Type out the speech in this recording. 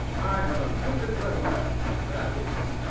i have a vivid recollection of that instant,